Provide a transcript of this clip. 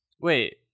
Wait